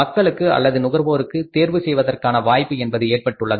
மக்களுக்கு அல்லது நுகர்வோருக்கு தேர்வு செய்வதற்கான வாய்ப்பு என்பது ஏற்பட்டுள்ளது